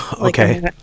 okay